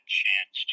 chance